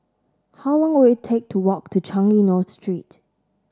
how long will it take to walk to Changi North Street